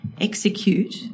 execute